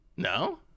No